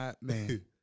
man